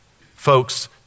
folks